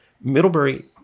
Middlebury